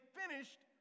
finished